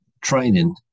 training